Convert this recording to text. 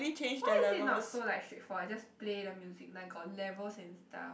why is it not so like straightforward I just play the music like got levels and style